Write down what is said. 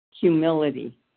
humility